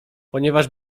ponieważ